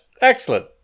Excellent